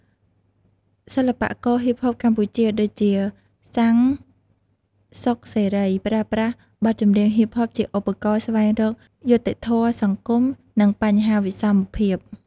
សិល្បករហ៊ីបហបកម្ពុជា ដូចជា សាំង សុខសេរី ប្រើប្រាស់បទចម្រៀងហ៊ីបហបជាឧបករណ៍ស្វែងរកយុត្តិធម៌សង្គម និងបញ្ហាវិសមភាព។